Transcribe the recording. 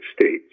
states